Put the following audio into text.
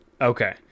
okay